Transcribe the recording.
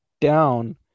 down